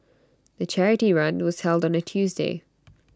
the charity run was held on A Tuesday